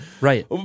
Right